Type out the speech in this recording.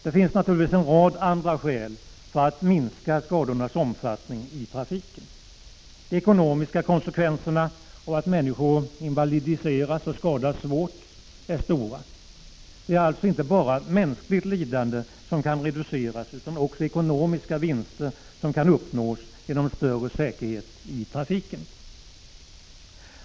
Det finns naturligtvis en rad andra skäl för att minska skadornas omfattning i trafiken. De ekonomiska konsekvenserna av att människor invalidiseras och skadas svårt är stora. Det är alltså inte bara mänskligt lidande som kan reduceras, utan också ekonomiska vinster kan uppnås genom en större säkerhet i trafiken.